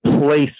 place